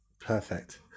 Perfect